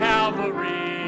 Calvary